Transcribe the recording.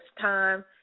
time